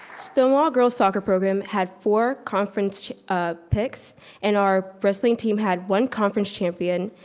stonewall's girls' soccer program had four conference picks and our wrestling team had one conference champion,